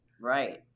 Right